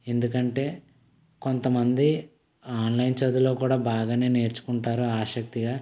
ఎందుకంటే కొంతమంది ఆన్లైన్ చదువులో కూడా బాగానే నేర్చుకుంటారు ఆసక్తిగా